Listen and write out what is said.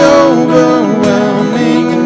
overwhelming